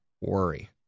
worry